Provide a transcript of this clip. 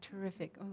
terrific